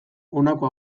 honako